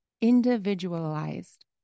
individualized